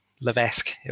Levesque